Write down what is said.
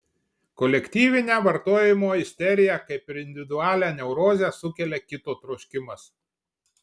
kolektyvinę vartojimo isteriją kaip ir individualią neurozę sukelia kito troškimas